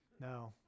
No